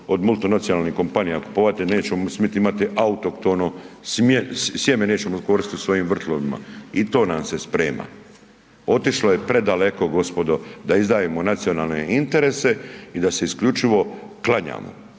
od multinacionalnih kompanija kupovati, nećemo smit imati autohtono, sjeme nećemo koristit u svojim vrtovima. I to nam se sprema. Otišlo je predaleko gospodo, da izdajemo nacionalne interese i da se isključivo klanjamo.